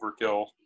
overkill